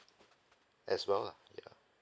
as well lah yeah